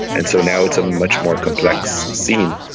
and so now it's a much more complex scene.